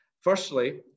Firstly